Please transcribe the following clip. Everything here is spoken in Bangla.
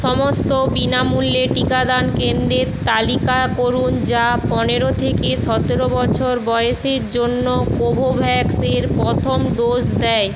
সমস্ত বিনামূল্য টিকাদান কেন্দ্রের তালিকা করুন যা পনেরো থেকে সতেরো বছর বয়সের জন্য কোভোভ্যাক্সের প্রথম ডোজ দেয়